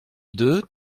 deux